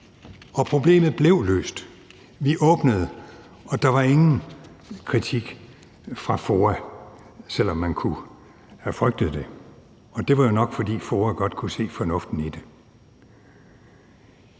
og problemet blev løst. Vi åbnede, og der var ingen kritik fra FOA, selv om man kunne have frygtet det, og det var jo nok, fordi FOA godt kunne se fornuften i det.